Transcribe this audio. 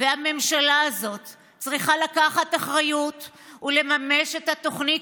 המשפחה העצובה, המאוד-מודאגת, שיושבת ומחכה